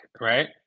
right